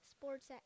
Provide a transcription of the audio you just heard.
sports